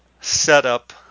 setup